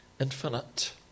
Infinite